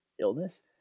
illness